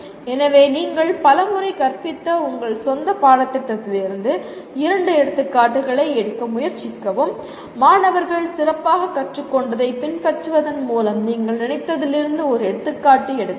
எனவே நீங்கள் பல முறை கற்பித்த உங்கள் சொந்த பாடத்திட்டத்திலிருந்து இரண்டு எடுத்துக்காட்டுகளை எடுக்க முயற்சிக்கவும் மாணவர்கள் சிறப்பாகக் கற்றுக்கொண்டதைப் பின்பற்றுவதன் மூலம் நீங்கள் நினைத்ததிலிருந்து ஒரு எடுத்துக்காட்டு எடுக்க வேண்டும்